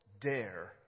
dare